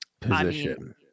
position